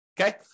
Okay